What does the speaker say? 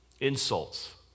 insults